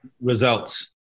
Results